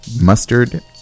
mustard